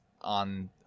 on